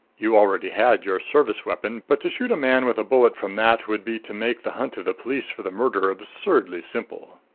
you already had your service weapon, but to shoot a man with a bullet from that would be to make the hunt of the police for the murderer absurdly simple.